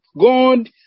God